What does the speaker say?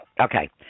Okay